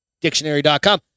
Dictionary.com